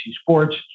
sports